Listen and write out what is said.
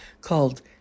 called